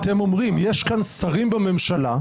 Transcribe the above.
יש כאן שרים בממשלה,